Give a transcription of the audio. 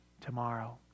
tomorrow